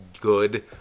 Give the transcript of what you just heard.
good